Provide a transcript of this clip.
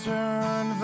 Turn